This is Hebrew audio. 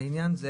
לעניין זה